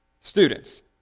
students